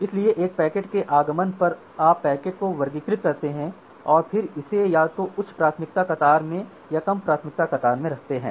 इसलिए एक पैकेट के आगमन पर आप पैकेट को वर्गीकृत करते हैं और फिर इसे या तो उच्च प्राथमिकता कतार में या कम प्राथमिकता कतार में रखते हैं